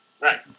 Right